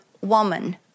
woman